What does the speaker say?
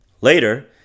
Later